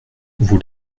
vous